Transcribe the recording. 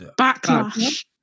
Backlash